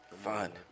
Fun